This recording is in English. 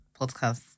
podcast